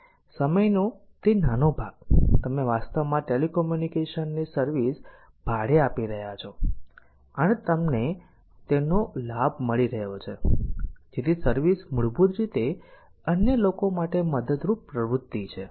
સમયનો તે નાનો ભાગ તમે વાસ્તવમાં ટેલિકમ્યુનિકેશન ની સર્વિસ ભાડે આપી રહ્યા છો અને તમને તેનો લાભ મળી રહ્યો છે જેથી સર્વિસ મૂળભૂત રીતે અન્ય લોકો માટે મદદરૂપ પ્રવૃત્તિ છે